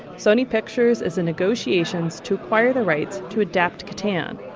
sony pictures is in negotiations to acquire the rights to adapt catan.